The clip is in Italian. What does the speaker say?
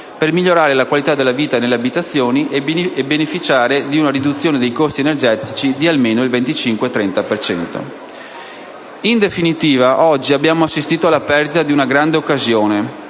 per migliorare la qualità della vita nelle abitazioni e beneficiare di una riduzione dei costi energetici di almeno il 25-30 per cento. In definitiva, oggi abbiamo assistito alla perdita di una grande occasione